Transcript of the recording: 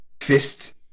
Fist